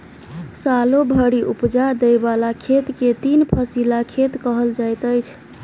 सालो भरि उपजा दय बला खेत के तीन फसिला खेत कहल जाइत अछि